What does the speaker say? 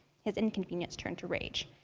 his inconvenience turned to rage.